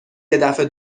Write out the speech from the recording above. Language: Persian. یدفعه